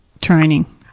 training